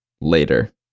later